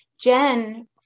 Jen